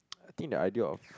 I think the idea of